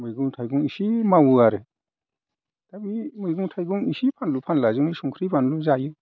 मैगं थाइगं एसे मावो आरो दा बे मैगं थाइगं एसे फानलु फानलाजोंनो संख्रि बानलु जायो